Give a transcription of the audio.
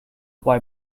why